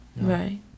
Right